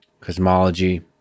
cosmology